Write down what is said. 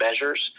measures